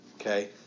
okay